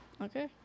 Okay